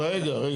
אז רגע, רגע.